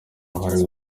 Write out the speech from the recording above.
ruhare